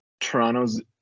Toronto's